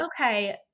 okay